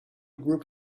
group